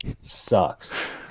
sucks